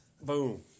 Boom